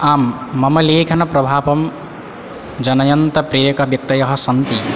आं मम लेखनप्रभावं जनयन्तप्रेयकव्यक्तयः सन्ति